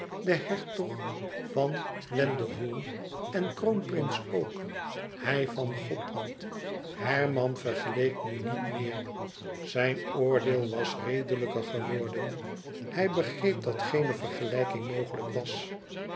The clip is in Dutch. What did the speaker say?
den hertog van wendeholm en kroonprins ook hij van gothland herman vergeleek nu niet meer zijn oordeel was redelijker geworden hij begreep dat geene vergelijking mogelijk was